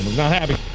not happy.